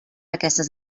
aquestes